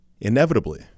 inevitably